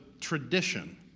tradition